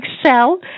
excel